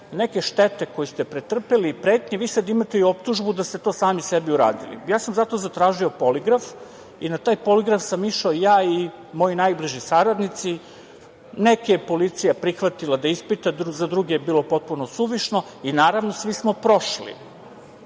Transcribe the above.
neke štete koju ste pretrpeli i pretnji vi sad imate i optužbu da ste to sami sebi uradili. Zato sam zatražio poligraf i na taj poligraf sam išao ja i moji najbliži saradnici. Neke je policija prihvatila da ispita, za druge je bilo potpuno suvišno. Naravno, svi smo prošli,